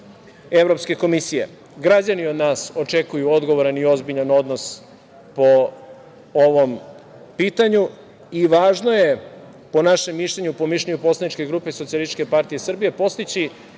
Evropske komisije. Građani od nas očekuju odgovoran i ozbiljan odnos po ovom pitanju i važno je po našem mišljenju, po mišljenju poslaničke grupe SPS, postići